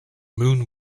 moon